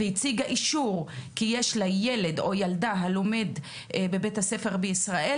והציגה אישור כי יש לה ילד או ילדה הלומדים בבית הספר בישראל,